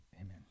Amen